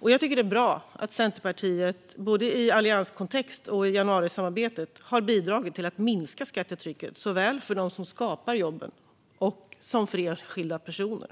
Jag tycker att det är bra att Centerpartiet både i allianskontext och i januarisamarbetet har bidragit till att minska skattetrycket såväl för dem som skapar jobben som för enskilda personer.